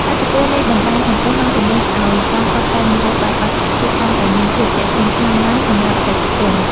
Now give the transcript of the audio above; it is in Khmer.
ឥទ្ធិពលនៃបណ្តាញសង្គមបានជំរុញឱ្យការតុបតែងម្ហូបបែបអន្តរជាតិកាន់តែមានភាពទាក់ទាញខ្លាំងឡើងសម្រាប់អតិថិជន។